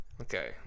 Okay